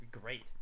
great